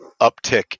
uptick